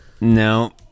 No